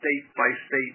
state-by-state